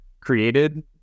created